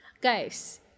Guys